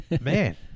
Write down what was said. Man